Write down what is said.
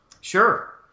sure